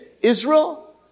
Israel